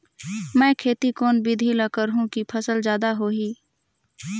मै खेती कोन बिधी ल करहु कि फसल जादा होही